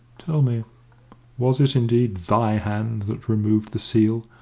tell me was it indeed thy hand that removed the seal,